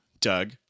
Doug